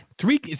three